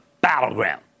battleground